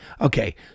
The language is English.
okay